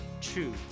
true